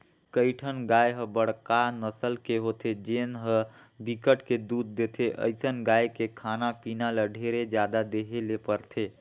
कइठन गाय ह बड़का नसल के होथे जेन ह बिकट के दूद देथे, अइसन गाय के खाना पीना ल ढेरे जादा देहे ले परथे